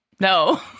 No